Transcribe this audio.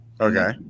Okay